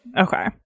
Okay